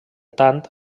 tant